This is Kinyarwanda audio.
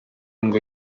ngo